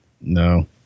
No